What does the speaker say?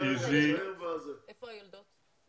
לא ענית לגבי היולדות.